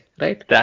Right